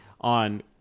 on